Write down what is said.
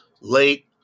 late